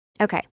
Okay